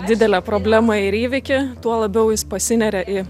didelę problemą ir įvykį tuo labiau jis pasineria į